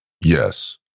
Yes